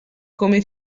come